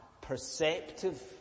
perceptive